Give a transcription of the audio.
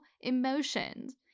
emotions